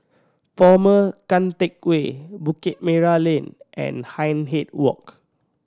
Former Keng Teck Whay Bukit Merah Lane and Hindhede Walk